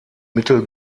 mittel